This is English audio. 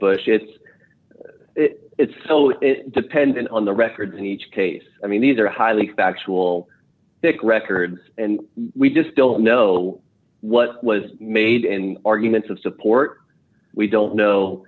bush it's it's so dependent on the records in each case i mean these are highly factual tick records and we just don't know what was made and arguments of support we don't know